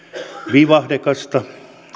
vivahteikasta